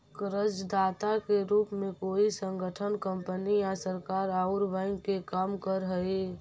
कर्जदाता के रूप में कोई संगठन कंपनी या सरकार औउर बैंक के काम करऽ हई